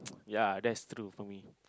ya that's true for me